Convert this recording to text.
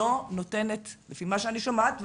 לפי מה שאני שומעת,